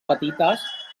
petites